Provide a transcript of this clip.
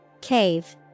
Cave